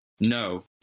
No